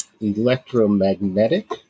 electromagnetic